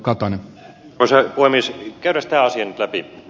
käydään tämä asia nyt läpi